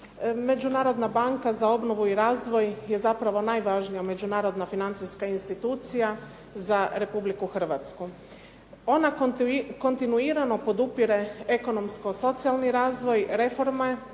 Međunarodna banka za obnovu i razvoj je zapravo najvažnija međunarodna financijska institucija za Republiku Hrvatsku. Ona kontinuirano podupire ekonomsko-socijalni razvoj reforme,